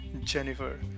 Jennifer